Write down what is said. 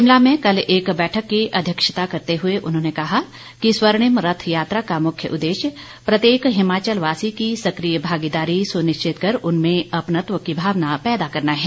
शिमला में कल एक बैठक की अध्यक्षता करते हुए उन्होंने कहा कि स्वर्णिम रथ यात्रा का मुख्य उद्देश्य प्रत्येक हिमाचल वासी की सक्रिय भागीदारी सुनिश्चित कर उनमें अपनत्व की भावना पैदा करना है